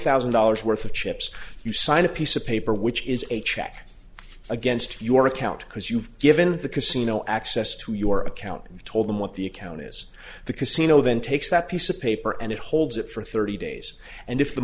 thousand dollars worth of chips if you sign a piece of paper which is a check against your account because you've given the casino access to your account and told them what the account is the casino then takes that piece of paper and it holds it for thirty days and if the